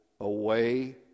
away